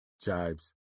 jibes